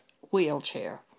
wheelchair